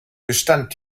gestand